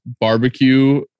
barbecue